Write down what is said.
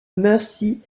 mercy